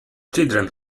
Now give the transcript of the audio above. children